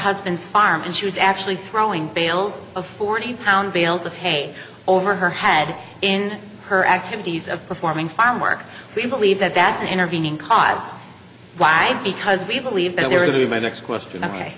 husband's arm and she was actually throwing bales a forty pound bales of hay over her head in her activities of performing farm work we believe that that's an intervening cause why because we believe that